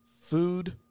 food